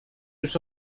już